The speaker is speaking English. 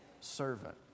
servant